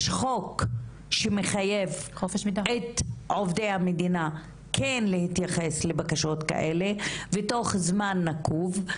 יש חוק שמחייב את עובדי המדינה כן להתייחס לבקשות כאלה בתוך זמן נקוב.